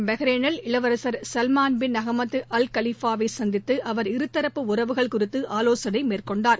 பக்ரைனில் இளவரன் Salman bin Hamad Al Khalifa வை சந்தித்து அவா் இருதரப்பு உறவுகள் குறித்து ஆலோசனை நடத்தினார்